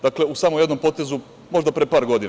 Dakle, u samo jednom potezu možda pre par godina.